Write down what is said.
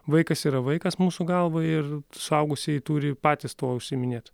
vaikas yra vaikas mūsų galva ir suaugusieji turi patys tuo užsiiminėt